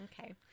Okay